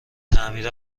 تعمیر